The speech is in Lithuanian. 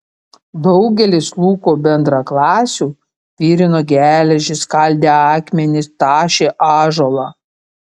daugelis luko bendraklasių virino geležį skaldė akmenis tašė ąžuolą